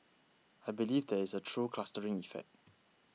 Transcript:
I believe there is a true clustering effect